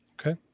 Okay